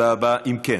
אם כן,